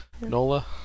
Nola